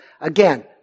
Again